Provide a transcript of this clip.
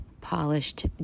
polished